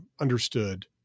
understood